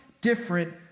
different